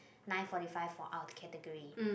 nine forty five for our category